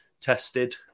tested